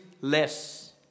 less